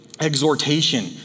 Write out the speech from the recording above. exhortation